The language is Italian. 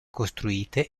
costruite